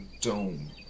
dome